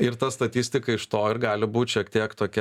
ir ta statistika iš to ir gali būt šiek tiek tokia